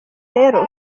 rero